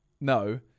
No